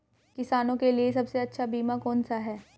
किसानों के लिए सबसे अच्छा बीमा कौन सा है?